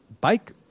bike